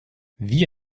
wie